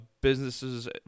businesses